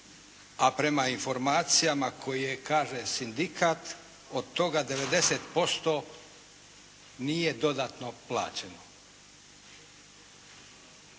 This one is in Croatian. A prema informacijama koje kaže sindikat od toga 90% nije dodatno plaćeno.